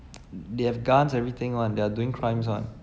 they have guns everything [one] they're doing crimes [one]